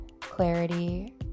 clarity